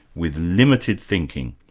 with limited thinking.